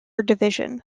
division